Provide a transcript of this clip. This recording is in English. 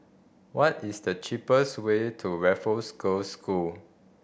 what is the cheapest way to Raffles Girls' School